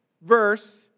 verse